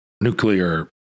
nuclear